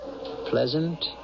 pleasant